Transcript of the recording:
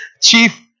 Chief